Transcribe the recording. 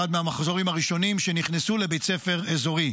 אחד מהמחזורים הראשונים שנכנסו לבית ספר אזורי.